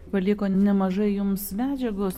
paliko nemažai jums medžiagos